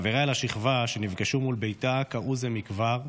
חבריה לשכבה שנפגשו מול ביתה קראו זה מכבר,